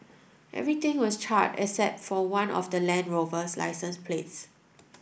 everything was charred except for one of the Land Rover's licence plates